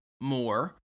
more